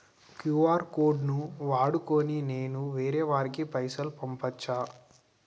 QR code ను వాడుకొని నేను వేరే వారికి పైసలు పంపచ్చా?